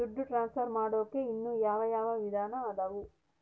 ದುಡ್ಡು ಟ್ರಾನ್ಸ್ಫರ್ ಮಾಡಾಕ ಇನ್ನೂ ಯಾವ ಯಾವ ವಿಧಾನ ಅದವು?